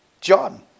John